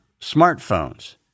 smartphones